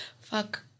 Fuck